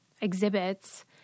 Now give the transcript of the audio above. exhibits